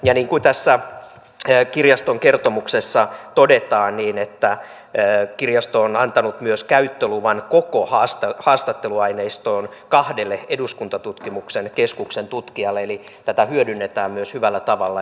ja niin kuin tässä kirjaston kertomuksessa todetaan kirjasto on antanut myös käyttöluvan koko haastatteluaineistoon kahdelle eduskuntatutkimuksen keskuksen tutkijalle eli tätä hyödynnetään myös hyvällä tavalla